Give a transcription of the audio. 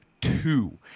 two